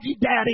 daddy